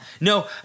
No